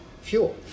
fuel